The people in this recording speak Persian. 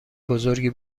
بزرگی